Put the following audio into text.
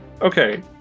Okay